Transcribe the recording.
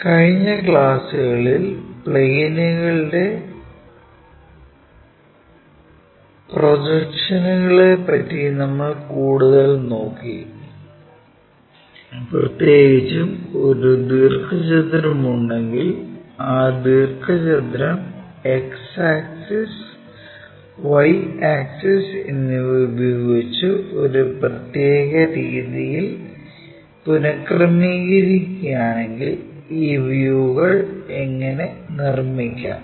കഴിഞ്ഞ ക്ലാസുകളിൽ പ്ലെയിനുകളുടെ പ്രൊജക്ഷനുകളെ പറ്റി നമുക്കു കൂടുതൽ നോക്കി പ്രത്യേകിച്ചും ഒരു ദീർഘചതുരം ഉണ്ടെങ്കിൽ ആ ദീർഘചതുരം X ആക്സിസ് Y ആക്സിസ് എന്നിവ ഉപയോഗിച്ച് ഒരു പ്രത്യേക രീതിയിൽ പുനക്രമീകരിക്കുകയാണെങ്കിൽ ഈ വ്യൂകൾ എങ്ങനെ നിർമ്മിക്കാം